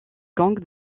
gang